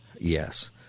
Yes